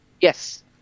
Yes